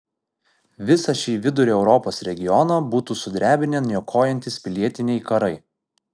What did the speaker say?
visą šį vidurio europos regioną būtų sudrebinę niokojantys pilietiniai karai